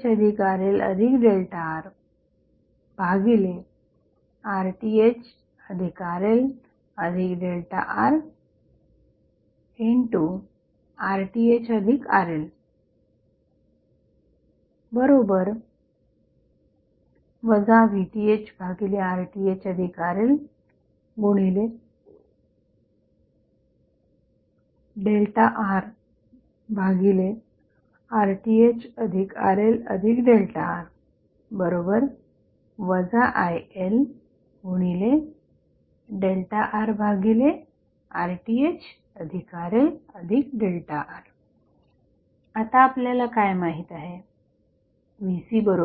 VThRThRLRRThRLR ILRRThRLR आता आपल्याला काय माहित आहे VCILR